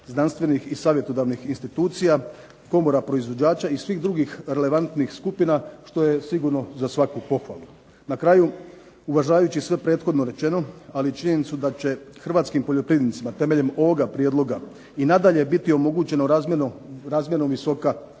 znanstvenih i savjetodavnih institucija, komora proizvođača i svih drugih relevantnih skupina što je sigurno za svaku pohvalu. Na kraju, uvažavajući sve prethodno rečeno, ali i činjenicu da će hrvatskim poljoprivrednicima temeljem ovoga prijedloga i nadalje biti omogućeno razmjerno visoka razina